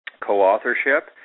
Co-authorship